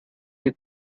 die